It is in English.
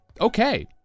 okay